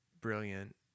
brilliant